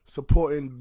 Supporting